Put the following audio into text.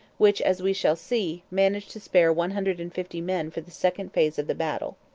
which, as we shall see, managed to spare one hundred and fifty men for the second phase of the battle.